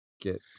Get